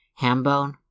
Hambone